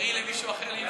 תקראי למישהו אחר?